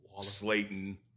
Slayton